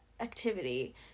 activity